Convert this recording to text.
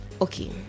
okay